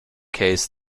case